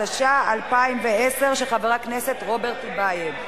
התשע"א 2010, של חבר הכנסת רוברט טיבייב.